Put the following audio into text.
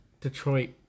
Detroit